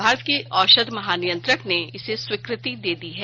भारत के औषध महानियंत्रक ने इसे स्वीकृति दे दी है